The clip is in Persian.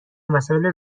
مسائل